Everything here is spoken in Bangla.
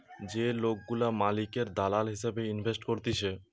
যে লোকগুলা মালিকের দালাল হিসেবে ইনভেস্ট করতিছে